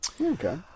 Okay